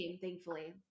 thankfully